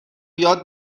یاد